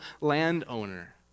landowner